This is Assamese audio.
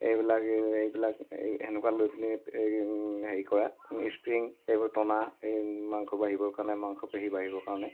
এইবিলাক এইবিলাক এই সেনেকুৱা লৈ পিনে এই হেৰি কৰা স্প্ৰিং এইবোৰ টনা এই মাংস বাঢ়িবৰ কাৰণে মাংসপেশী বাঢ়িবৰ কাৰণে